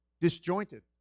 disjointed